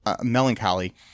melancholy